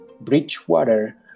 Bridgewater